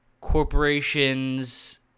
corporations